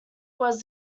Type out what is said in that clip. was